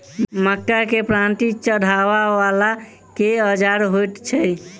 मक्का केँ पांति चढ़ाबा वला केँ औजार होइ छैय?